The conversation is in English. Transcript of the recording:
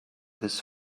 his